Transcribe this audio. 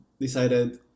decided